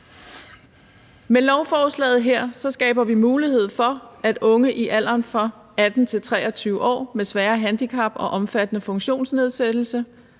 Med lovforslaget her skaber vi mulighed for, at unge i alderen fra 18 til 23 år med svære handicap og omfattende funktionsnedsættelse,